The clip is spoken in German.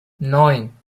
neun